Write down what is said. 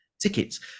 tickets